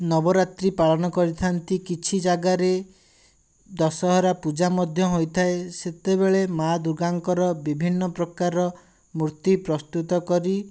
ନବରାତ୍ରି ପାଳନ କରିଥାନ୍ତି କିଛି ଜାଗାରେ ଦଶହରା ପୂଜା ମଧ୍ୟ ହୋଇଥାଏ ସେତେବେଳେ ମାଆ ଦୁର୍ଗାଙ୍କର ବିଭିନ୍ନ ପ୍ରକାର ମୂର୍ତ୍ତି ପ୍ରସ୍ତୁତ କରି